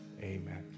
Amen